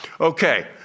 Okay